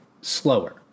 slower